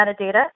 metadata